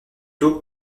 tôt